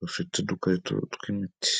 bafite udukarito tw'imiti.